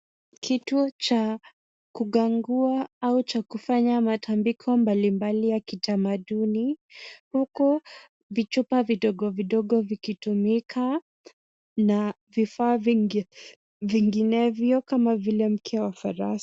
Kitu cha kugangua au cha kufanya matandiko mbali mbali ya kitamaduni, huku vichupa vidogo vidogo vikitumika na vifaa vinginevyo kama vile mkia wa farasi.